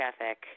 ethic